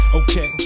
okay